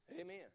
Amen